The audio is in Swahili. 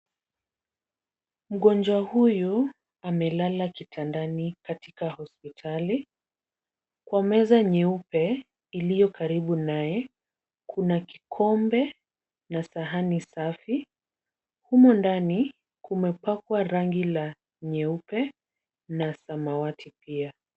Mgonjwa huyu amelala kitandani katika hospitali. Kwa meza nyeupe iliyo karibu naye kuna kikombe na sahani safi. Humo ndani kumepakwa rangi la nyeupe na samawati pia.